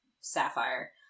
Sapphire